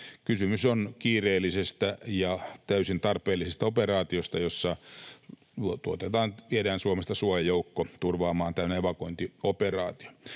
Kysymys on kiireellisestä ja täysin tarpeellisesta operaatiosta, jossa viedään Suomesta suojajoukko turvaamaan tämä evakuointioperaatio.